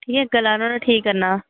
ठीक ऐ गला नुआढ़ा ठीक करना